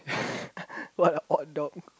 what a odd dog